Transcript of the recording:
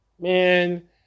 Man